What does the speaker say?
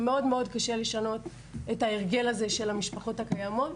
מאוד קשה לשנות את ההרגל של המשפחות הקיימות.